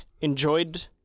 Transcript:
enjoyed